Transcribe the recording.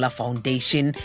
foundation